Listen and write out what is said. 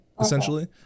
essentially